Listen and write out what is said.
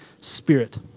Spirit